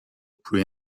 pre